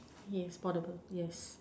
he is spot table yes